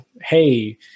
hey